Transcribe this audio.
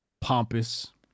pompous